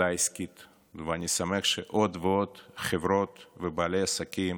ואני שמח שעוד ועוד חברות ובעלי עסקים